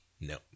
No